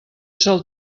sol